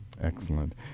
Excellent